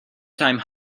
time